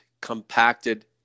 compacted